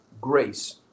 grace